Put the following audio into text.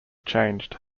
changed